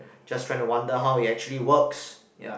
just trying to wonder how it actually works ya